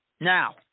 Now